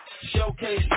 Showcase